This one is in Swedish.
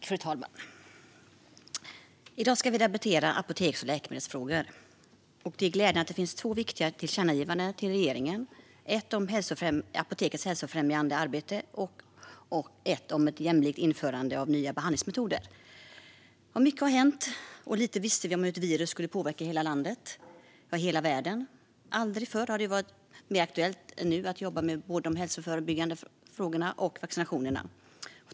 Fru talman! I dag debatterar vi apoteks och läkemedelsfrågor. Det är glädjande att det finns två viktiga tillkännagivanden till regeringen, ett om apotekens hälsofrämjande arbete och ett om ett jämlikt införande av nya behandlingsmetoder. Mycket har hänt, och lite visste vi om hur ett virus skulle komma att påverka hela landet och hela världen. Aldrig förr har det varit mer aktuellt att jobba med frågorna om vård, hälsoförebyggande insatser och vaccinationer.